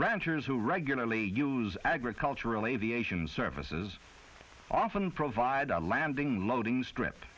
ranchers who regularly use agricultural aviation services often provide a landing loading strip